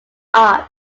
art